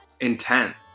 intent